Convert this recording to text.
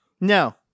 no